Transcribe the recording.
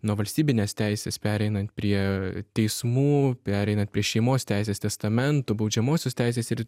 nuo valstybinės teisės pereinant prie teismų pereinant prie šeimos teisės testamentų baudžiamosios teisės ir